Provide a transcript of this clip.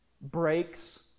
breaks